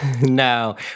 no